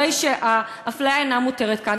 הרי שהאפליה אינה מותרת כאן.